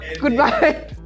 Goodbye